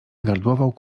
gardłował